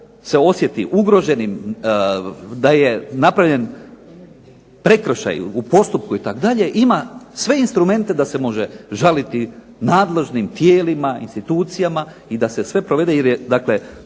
tko se osjeti ugroženim da je napravljen prekršaj u postupku itd., ima sve instrumente da se može žaliti nadležnim tijelima, institucijama i da se sve provede, jer je dakle